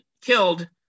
killed